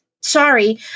sorry